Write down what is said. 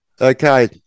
Okay